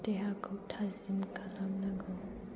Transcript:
देहाखौ थाजिम खालामनांगौ